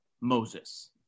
Moses